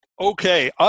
Okay